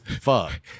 fuck